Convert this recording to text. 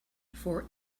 for